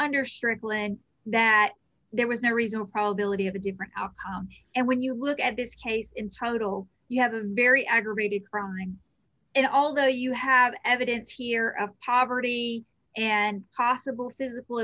strickland that there was no reason probability of a different outcome and when you look at this case in total you have a very aggravated crime ring and although you have evidence here of poverty and possible physical